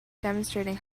demonstrating